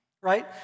right